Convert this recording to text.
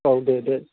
औ दे दे